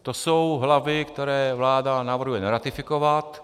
To jsou hlavy, které vláda navrhuje neratifikovat.